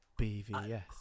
BVS